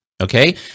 okay